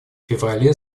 феврале